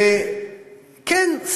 כן,